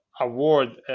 award